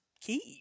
keep